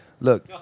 Look